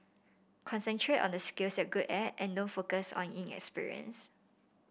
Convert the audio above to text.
concentrate on the skills you're good at and don't focus on your inexperience